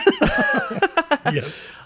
Yes